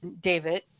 David